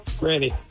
Ready